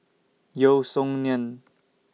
Yeo Song Nian